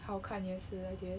好看也是 I guess